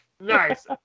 Nice